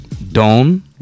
Dome